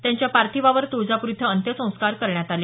त्यांच्या पार्थिवावर तुळजापूर इथं अंत्यसंस्कार करण्यात आले